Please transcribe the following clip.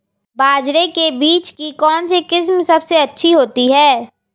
बाजरे के बीज की कौनसी किस्म सबसे अच्छी होती है?